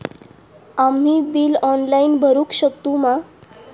आम्ही bill online भरुक शकतू मा?